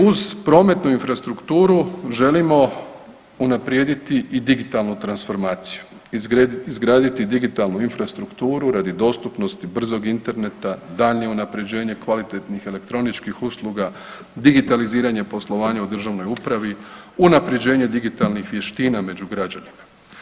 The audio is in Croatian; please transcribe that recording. Uz prometnu infrastrukturu želimo unaprijediti i digitalnu transformaciju, izgraditi digitalnu infrastrukturu radi dostupnosti brzog interneta, daljnje unapređenje kvalitetnih elektroničkih usluga, digitaliziranje poslovanja u državnoj upravi, unapređenje digitalnih vještina među građanima.